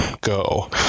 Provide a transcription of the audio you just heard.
go